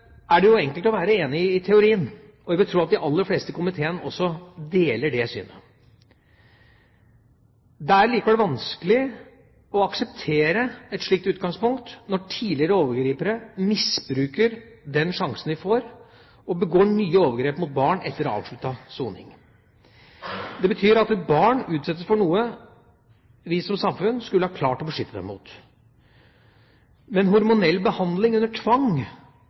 er det enkelt å være enig i i teorien. Jeg vil tro at de aller fleste i komiteen også deler det synet. Det er likevel vanskelig å akseptere et slikt utgangspunkt når tidligere overgripere misbruker den sjansen de får, og begår nye overgrep mot barn etter avsluttet soning. Det betyr at et barn utsettes for noe vi som samfunn skulle ha klart å beskytte det mot. Men hormonell behandling under tvang